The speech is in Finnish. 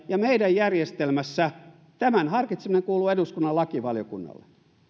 ja meidän järjestelmässämme tämän harkitseminen kuuluu eduskunnan lakivaliokunnalle